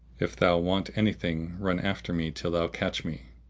if thou want anything run after me till thou catch me.